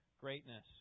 greatness